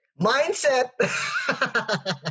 Mindset